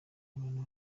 abantu